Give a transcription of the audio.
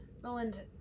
Roland